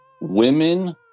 women